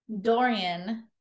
Dorian